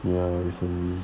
ya recently